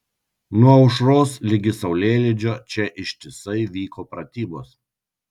nuo aušros ligi saulėlydžio čia ištisai vyko pratybos